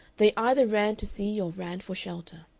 they either ran to see or ran for shelter.